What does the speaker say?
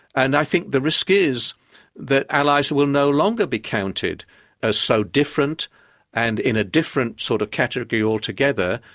and i think the risk is that allies will no longer be counted as so different and in a different sort of category altogether,